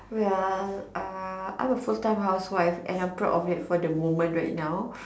wait ah uh I'm a first time housewife and I'm proud of it at the moment right now